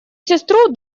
сестру